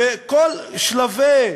בכל שלבי